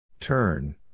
Turn